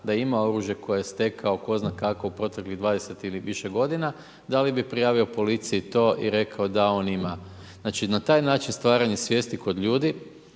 da ima oružje koje je stekao, tko zna kako, u proteklih 20 ili više g. da li bi prijavio policiji to i rekao da on ima. Znači na taj način stvaranje svijesti kod ljudi,